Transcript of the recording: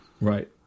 Right